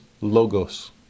logos